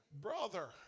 Brother